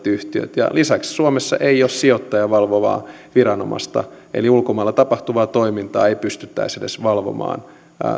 yhtiöt lisäksi suomessa ei ole sijoittajaa valvovaa viranomaista eli ulkomailla tapahtuvaa toimintaa ei edes pystyttäisi valvomaan